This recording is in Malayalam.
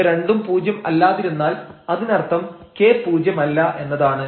ഇവ രണ്ടും പൂജ്യം അല്ലാതിരുന്നാൽ അതിനർത്ഥം k പൂജ്യമല്ല എന്നതാണ്